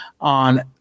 on